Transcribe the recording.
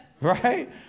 right